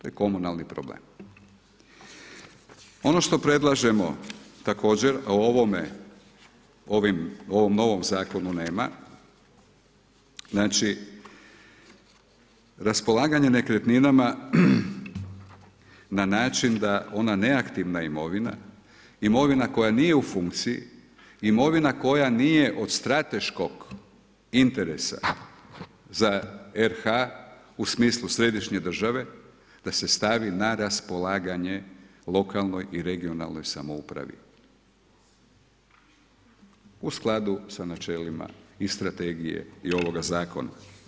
Ono što predlažemo također, u ovom novome zakonu nema, znači raspolaganje nekretninama na način da ona neaktivna imovina, imovina koja nije u funkciji, imovina koja nije od strateškog interesa za RH u smislu središnje države da se stavi na raspolaganje lokalnoj i regionalnoj samoupravi u skladu sa načelima i strategije i ovoga zakona.